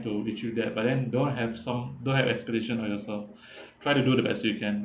to reach you that but then you don't have some don't have expedition on yourself try to do the best you can